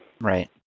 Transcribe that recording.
Right